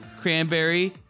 cranberry